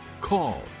call